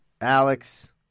Alex